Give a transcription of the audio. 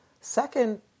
Second